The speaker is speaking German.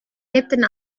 lebten